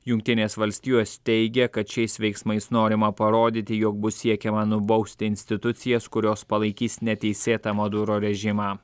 jungtinės valstijos teigia kad šiais veiksmais norima parodyti jog bus siekiama nubausti institucijas kurios palaikys neteisėtą maduro režimą